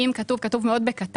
אם כתוב, זה כתוב מאוד בקטן.